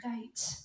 gate